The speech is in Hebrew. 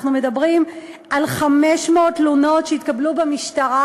אנחנו מדברים על 500 תלונות שהתקבלו במשטרה,